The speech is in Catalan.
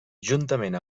juntament